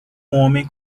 homem